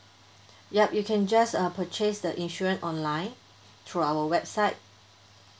yup you can just uh purchase the insurance online through our website